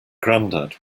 grandad